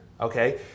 okay